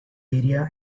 area